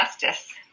justice